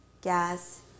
gas